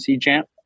champ